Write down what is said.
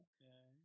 Okay